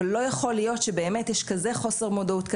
אבל לא יכול להיות שיש כזאת חוסר מודעות,